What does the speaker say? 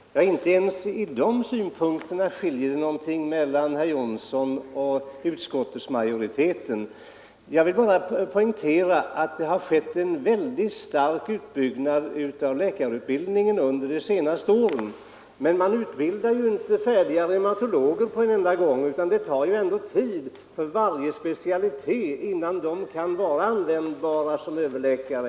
Herr talman! Inte ens när det gäller dessa synpunkter skiljer det någonting mellan herr Jonsson i Mora och utskottsmajoriteten. Jag vill poängtera att det under de senaste åren har skett en mycket stark utbyggnad av läkarutbildningen. Men man utbildar ju inte färdiga reumatologer på en enda gång, utan det tar tid innan dessa specialister blir användbara som överläkare.